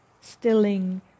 stilling